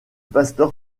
pasteur